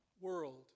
world